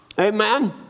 Amen